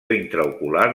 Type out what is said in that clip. intraocular